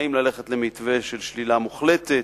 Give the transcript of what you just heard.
האם ללכת למתווה של שלילה מוחלטת,